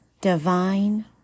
divine